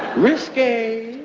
risque,